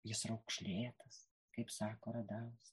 jis raukšlėtas kaip sako radauskas